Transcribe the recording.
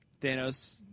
Thanos